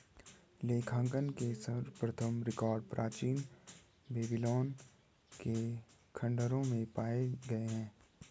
लेखांकन के सर्वप्रथम रिकॉर्ड प्राचीन बेबीलोन के खंडहरों में पाए गए हैं